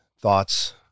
thoughts